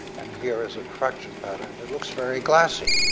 and here is a diffraction pattern, it looks very glassy.